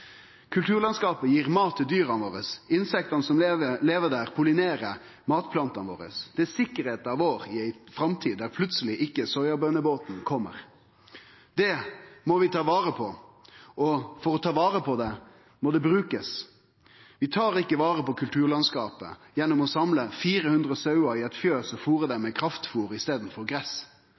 Kulturlandskapet gir mat til dyra våre, og insekta som lever der, pollinerer matplantene. Dette er sikkerheita vår i ei framtid da plutseleg ikkje soyabønnebåten kjem. Det må vi ta vare på, og for å ta vare på det må det brukast. Vi tar ikkje vare på kulturlandskapet gjennom å samle 400 sauer i eit fjøs og fôre dei med kraftfôr i staden for